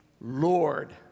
Lord